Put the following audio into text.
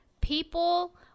people